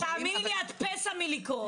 תאמיני לי, את פסע מלקרוס.